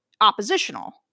oppositional